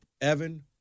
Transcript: Evan